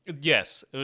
Yes